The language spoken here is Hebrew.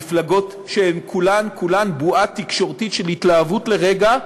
מפלגות שהן כולן כולן בועה תקשורתית של התלהבות לרגע,